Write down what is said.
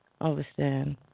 understand